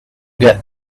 get